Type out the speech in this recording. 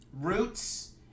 roots